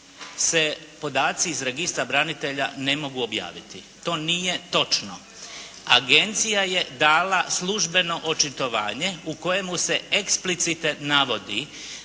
se podaci iz registra branitelja ne mogu objaviti. To nije točno. Agencija je dala službeno očitovanje u kojemu se eksplicite navodi